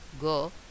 go